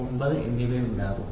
9 എന്നിവ ഉണ്ടാകും